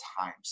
times